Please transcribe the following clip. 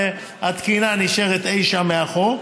והתקינה נשארת אי-שם מאחור.